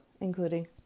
including